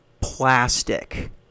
plastic